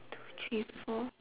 two three four